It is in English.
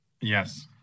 Yes